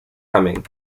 coming